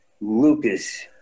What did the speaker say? Lucas